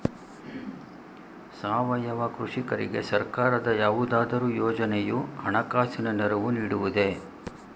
ಸಾವಯವ ಕೃಷಿಕರಿಗೆ ಸರ್ಕಾರದ ಯಾವುದಾದರು ಯೋಜನೆಯು ಹಣಕಾಸಿನ ನೆರವು ನೀಡುವುದೇ?